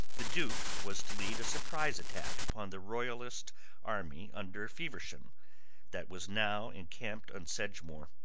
the duke was to lead a surprise attack upon the royalist army under feversham that was now encamped on sedgemoor.